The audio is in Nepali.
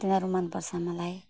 तिनीहरू मनपर्छ मलाई